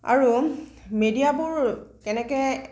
আৰু মিডিয়াবোৰ এনেকৈ